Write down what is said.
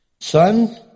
son